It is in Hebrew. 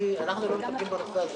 אנחנו לא מטפלים בנושא הזה.